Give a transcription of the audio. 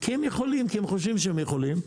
כי הם יכולים, כי הם חושבים שהם יכולים.